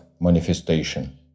manifestation